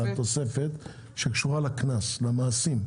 תוספת שקשורה לקנס, למעשים.